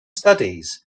studies